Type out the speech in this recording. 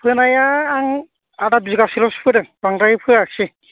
फोनाया आं आदा बिघासोल'सो फोदों बांद्राय फोयाखसै